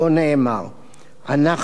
"אנחנו מסתייגים